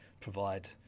provide